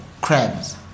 crabs